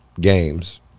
games